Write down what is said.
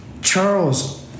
charles